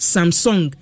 Samsung